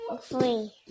Three